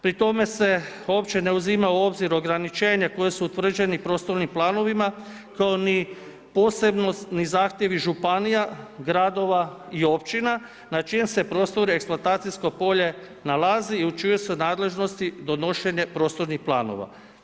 Pri tome uopće ne uzima u obzir ograničenje koja su utvrđena prostornim planovima, kao ni posebnost ni zahtjevi županija, gradova i općina na čijem se prostoru eksploatacijsko polje nalazi i u čijoj su nadležnost donošenje prostornih planova.